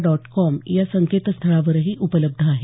dot com या संकेतस्थळावरही उपलब्ध आहे